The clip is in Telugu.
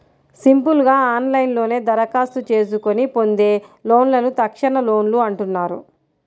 సింపుల్ గా ఆన్లైన్లోనే దరఖాస్తు చేసుకొని పొందే లోన్లను తక్షణలోన్లు అంటున్నారు